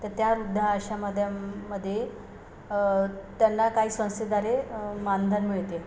तर त्या वृद्धाश्रमध्ये मध्ये त्यांना काही संस्थेद्वारे मानधन मिळते